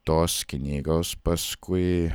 tos knygos paskui